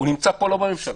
נמצא פה ולא בממשלה.